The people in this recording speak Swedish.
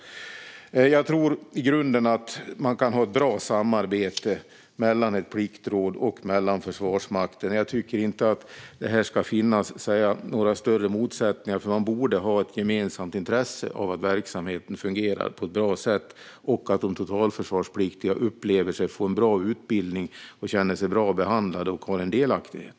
Jag tror att man i grunden kan ha ett bra samarbete mellan ett pliktråd och Försvarsmakten. Jag tycker inte att det ska finnas några större motsättningar i fråga om detta, eftersom man borde ha ett gemensamt intresse av att verksamheten fungerar på ett bra sätt och att de totalförsvarspliktiga upplever sig få en bra utbildning, känner sig bra behandlade och har en delaktighet.